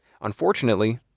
Unfortunately